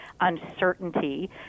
uncertainty